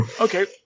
Okay